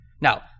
Now